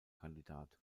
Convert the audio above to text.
kandidat